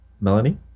Melanie